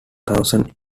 thousand